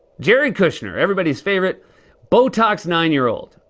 jared kushner, everybody's favorite botox nine year old.